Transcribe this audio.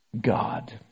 God